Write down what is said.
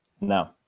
no